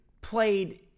played